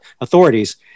authorities